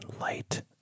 light